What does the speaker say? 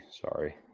sorry